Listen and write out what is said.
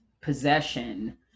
possession